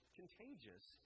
contagious